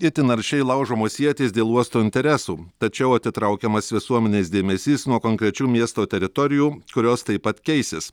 itin aršiai laužomos ietys dėl uosto interesų tačiau atitraukiamas visuomenės dėmesys nuo konkrečių miesto teritorijų kurios taip pat keisis